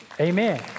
Amen